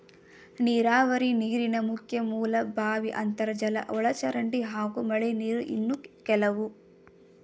ನೀರಾವರಿ ನೀರಿನ ಮುಖ್ಯ ಮೂಲ ಬಾವಿ ಅಂತರ್ಜಲ ಒಳಚರಂಡಿ ಹಾಗೂ ಮಳೆನೀರು ಇನ್ನು ಕೆಲವು